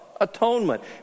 Atonement